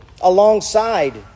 alongside